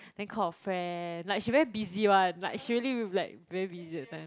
then call her friend like she very busy [one] like she really like very busy that time